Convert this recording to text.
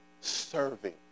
serving